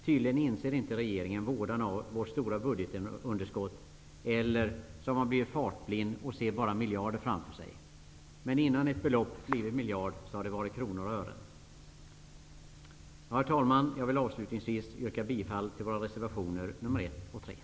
Tydligen inser inte regeringen vådan av vårt stora budgetunderskott, eller så har man blivit fartblind och ser bara miljarder framför sig. Men innan ett belopp har blivit en miljard har det varit kronor och ören. Herr talman! Jag vill avslutningsvis yrka bifall till våra reservationer nr 1 och nr 3.